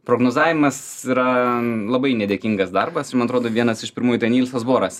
prognozavimas yra labai nedėkingas darbas man atrodo vienas iš pirmųjų danilisas boras